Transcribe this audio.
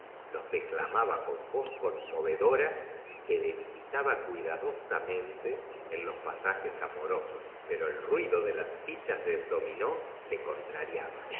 los declamaba con voz conmovedora y que debilitaba cuidadosamente en los pasajes amorosos pero el ruido de las fichas del dominó le contrariaba